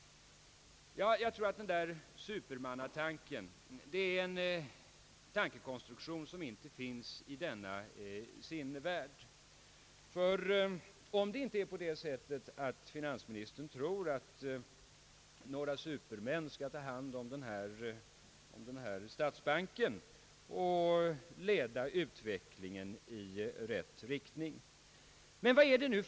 Jag tror att supermännen är en tankekonstruktion som saknar motsvarighet i sinnevärlden. Möjligen tror finansministern att några supermän skall ta hand om statsbanken som skall söka leda utvecklingen i den riktning som herr Sträng önskar.